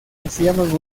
hacíamos